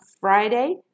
Friday